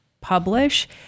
publish